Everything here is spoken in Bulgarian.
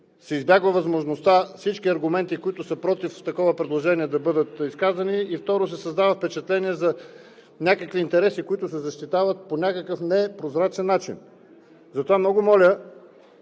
се избягва възможността всички аргументи, които са против такова предложение, да бъдат изказани, и, второ, се създава впечатление за някакви интереси, които се защитават по някакъв непрозрачен начин. Затова много моля